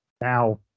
Now